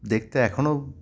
দেখতে এখনও